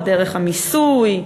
דרך המיסוי,